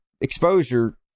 exposure